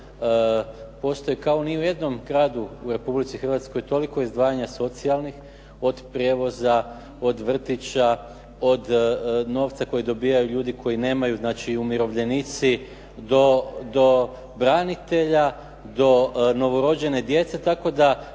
postoji kao ni u jednom gradu u Republici Hrvatskoj toliko izdvajanja socijalnih od prijevoza, od vrtića, od novca koji dobivaju ljudi koji nemaju. Znači umirovljenici do branitelja, do novorođene djece. Tako da